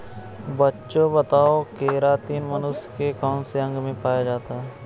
बच्चों बताओ केरातिन मनुष्य के कौन से अंग में पाया जाता है?